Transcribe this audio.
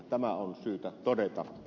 tämä on syytä todeta